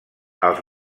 els